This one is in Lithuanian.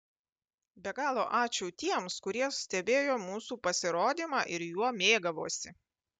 be galo ačiū tiems kurie stebėjo mūsų pasirodymą ir juo mėgavosi